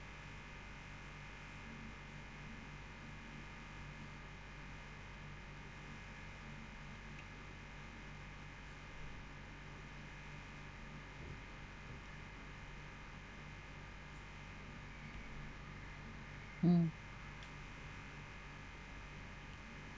mm